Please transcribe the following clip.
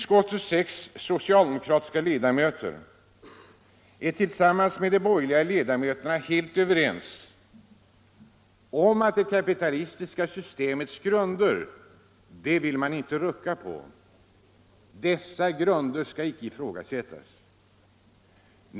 Utskottets sex socialdemokratiska ledamöter är tillsammans med de borgerliga ledamöterna helt överens om att det kapitalistiska systemets grunder vill man inte rucka på. Dessa grunder ' skall inte ifrågasättas.